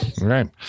right